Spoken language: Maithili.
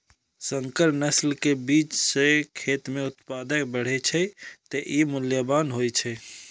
संकर नस्ल के बीज सं खेत मे उत्पादन बढ़ै छै, तें ई मूल्यवान होइ छै